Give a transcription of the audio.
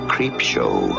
Creepshow